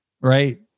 right